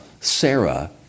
Sarah